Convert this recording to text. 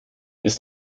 ist